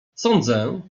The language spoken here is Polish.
sądzę